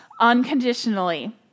unconditionally